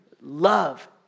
love